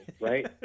right